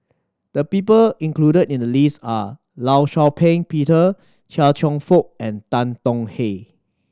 the people included in the list are Law Shau Ping Peter Chia Cheong Fook and Tan Tong Hye